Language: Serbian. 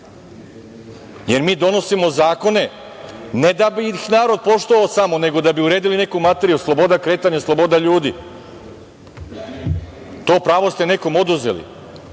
Jer mi donosimo zakone ne da bi ih narod poštovao samo, nego da bi uredili neku materiju, sloboda kretanja, sloboda ljudi. To pravo ste nekome oduzeli.